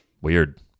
Weird